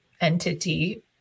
entity